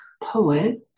poet